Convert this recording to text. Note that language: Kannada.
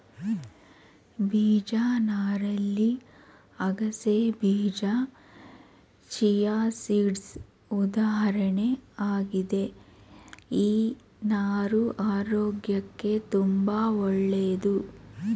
ಬೀಜ ನಾರಲ್ಲಿ ಅಗಸೆಬೀಜ ಚಿಯಾಸೀಡ್ಸ್ ಉದಾಹರಣೆ ಆಗಿದೆ ಈ ನಾರು ಆರೋಗ್ಯಕ್ಕೆ ತುಂಬಾ ಒಳ್ಳೇದು